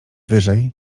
wyżej